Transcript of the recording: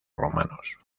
romanos